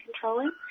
controlling